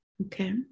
Okay